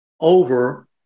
over